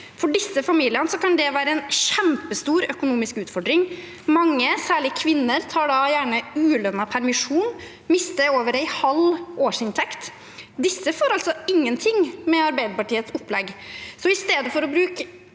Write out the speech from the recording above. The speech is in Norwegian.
For disse familiene kan det være en kjempestor økonomisk utfordring. Mange, særlig kvinner, tar da gjerne ulønnet permisjon og mister over en halv årsinntekt. Disse får ingenting med Arbeiderpartiets opplegg.